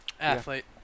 Athlete